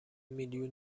میلیون